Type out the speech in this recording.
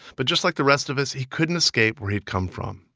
but just like the rest of us, he couldn't escape where he'd come from.